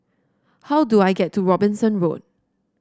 how do I get to Robinson Road